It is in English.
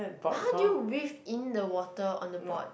but how do you weave in the water on the board